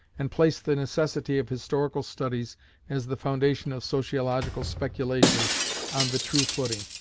and placed the necessity of historical studies as the foundation of sociological speculation on the true footing.